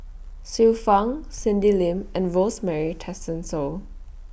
Xiu Fang Cindy Lim and Rosemary Tessensohn